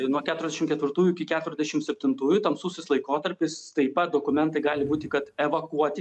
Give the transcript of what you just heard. nuo keturiasdešim ketvirtųjų iki keturiasdešim septintųjų tamsusis laikotarpis taip pat dokumentai gali būti kad evakuoti